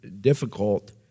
difficult